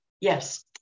yes